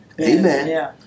Amen